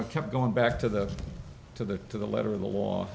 know kept going back to the to the to the letter of the law